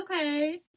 okay